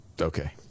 Okay